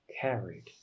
carried